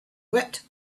wept